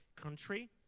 country